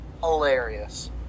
Hilarious